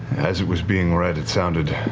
as it was being read, it sounded,